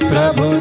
Prabhu